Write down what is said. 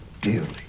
dearly